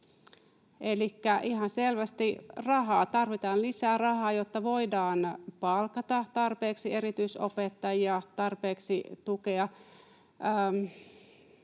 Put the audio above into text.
tarvitaan lisää rahaa, jotta voidaan palkata tarpeeksi erityisopettajia, tarpeeksi tukea.